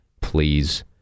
Please